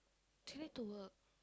she need to work